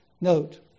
Note